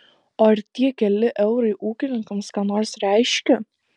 o ar tie keli eurai ūkininkams ką nors reiškia